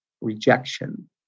rejection